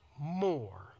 more